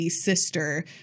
sister